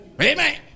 Amen